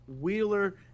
Wheeler